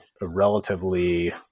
relatively